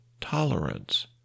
tolerance